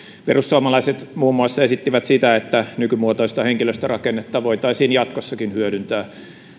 perussuomalaiset muun muassa esittivät sitä että nykymuotoista henkilöstörakennetta voitaisiin jatkossakin hyödyntää